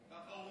בסדר.